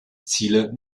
ziele